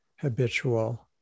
habitual